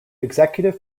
executive